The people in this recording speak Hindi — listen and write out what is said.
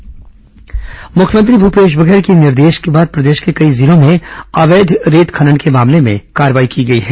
रेत माफिया कार्रवाई मुख्यमंत्री भूपेश बघेल के निर्देश के बाद प्रदेश के कई जिलों में अवैध रेत खनन के मामले में कार्रवाई की गई है